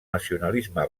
nacionalisme